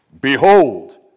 behold